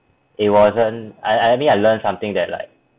it wasn't I I mean I learned something that like